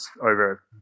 over